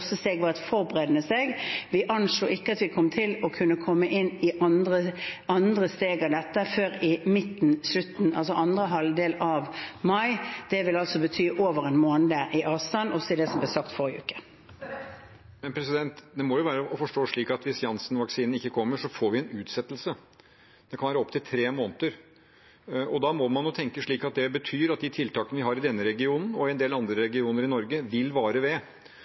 steg var et forberedende steg. Vi anslo ikke at vi kom til å kunne komme inn i andre steg av dette før i andre halvdel av mai. Det vil altså bety over en måned i avstand, også i det som ble sagt forrige uke. Det må jo være å forstå slik at hvis Janssen-vaksinen ikke kommer, får vi en utsettelse, det kan være i opptil tre måneder. Da må man tenke at det betyr at de tiltakene vi har i denne regionen og i en del andre regioner i Norge, vil vare ved.